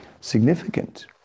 significant